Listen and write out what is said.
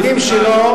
שהממדים שלו,